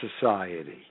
society